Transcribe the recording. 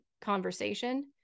conversation